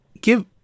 Give